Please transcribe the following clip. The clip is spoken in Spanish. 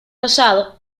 rosado